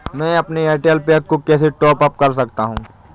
मैं अपने Airtel pack को कैसे टॉप अप कर सकता हूँ?